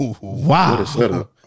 Wow